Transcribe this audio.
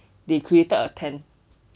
they created a tent